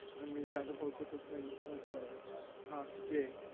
and we had a whole set of things as well today.